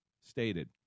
stated